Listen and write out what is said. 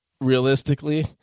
realistically